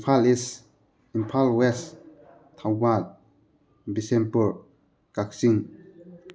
Imphal east Imphal west Thoubal Bishnupur Kakching